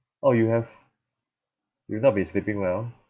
oh you have you've not been sleeping well